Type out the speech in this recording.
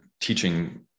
teaching